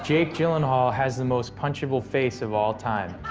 jake gyllenhaal has the most punchable face of all time.